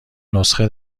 نسخه